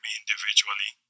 individually